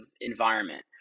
environment